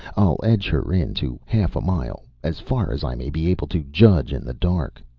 i'll edge her in to half a mile, as far as i may be able to judge in the dark